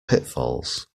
pitfalls